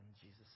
Jesus